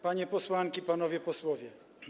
Panie Posłanki, Panowie Posłowie!